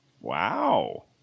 Wow